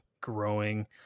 growing